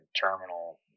terminal